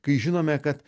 kai žinome kad